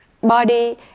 body